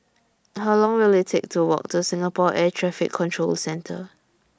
How Long Will IT Take to Walk to Singapore Air Traffic Control Centre